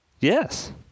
Yes